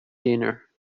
dinner